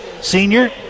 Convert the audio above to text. senior